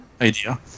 idea